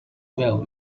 well